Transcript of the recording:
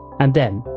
and then,